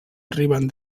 arriben